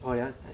oh that one